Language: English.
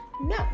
No